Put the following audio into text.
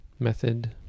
method